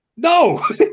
No